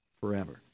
forever